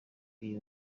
iyi